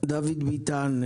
דוד ביטן,